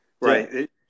Right